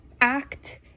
act